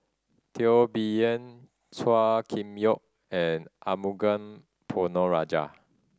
Teo Bee Yen Chua Kim Yeow and Amugam Ponnu Rajah